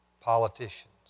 Politicians